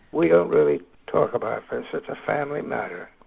we don't really talk about this, it's a family matter.